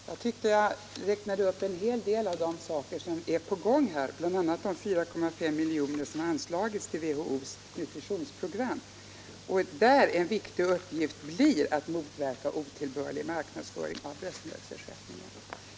Herr talman! Jag tyckte att jag räknade upp en hel del saker som är på gång — bl.a. de 4,5 miljoner som anslagits till WHO:s nutritionsprogram, där en viktig uppgift blir att motverka otillbörlig marknadsföring av bröstmjölksersättning.